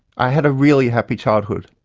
i had a really happy childhood.